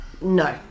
No